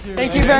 thank you very